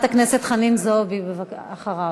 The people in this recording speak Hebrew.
חברת הכנסת חנין זועבי אחריו.